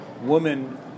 woman